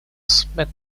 smith